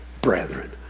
Brethren